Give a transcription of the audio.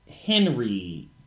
Henry